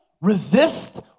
resist